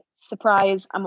Surprise